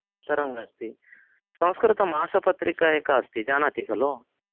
तरङ्गः अस्ति संस्कृतमासपत्रिका एका अस्ति जानाति खलु